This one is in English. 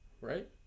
right